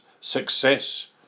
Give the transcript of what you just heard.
success